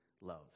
love